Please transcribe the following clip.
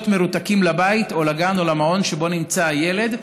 מרותקים לבית או לגן או למעון שבו נמצא הילד,